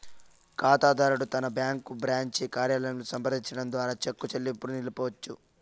కాతాదారుడు తన bank branch కార్యాలయంలో సంప్రదించడం ద్వారా చెక్కు చెల్లింపుని నిలపొచ్చు